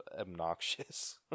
obnoxious